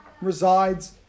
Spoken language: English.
resides